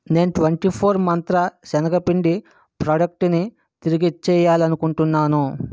నేను twenty four Mantra సెనగ పిండి ప్రాడక్టుని తిరిగి ఇచ్చేయాలి అనుకుంటున్నాను